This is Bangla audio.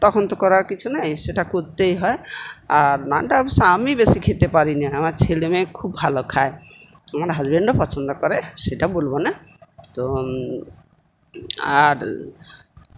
তখন তো করার কিছু নাই সেটা করতেই হয় আর নানটা অবশ্য আমি বেশি খেতে পারি না আমার ছেলেমেয়ে খুব ভালো খায় আমার হাজবেন্ডও পছন্দ করে সেটা বলবো না তো আর